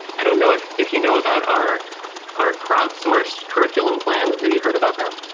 i don't know if if you know about our our crowd source curriculum plans. have you heard about that?